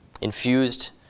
Infused